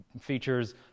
features